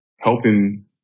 helping